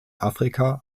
afrika